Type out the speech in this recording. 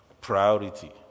priority